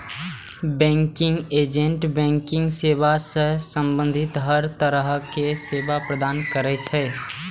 banking agent banking सेवा सं संबंधित हर तरहक सेवा प्रदान करै छै